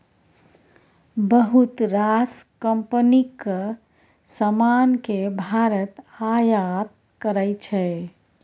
बहुत रास कंपनीक समान केँ भारत आयात करै छै